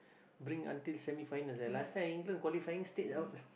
bring until semi-finals last time England qualifying stage out